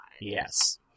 Yes